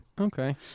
Okay